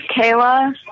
Kayla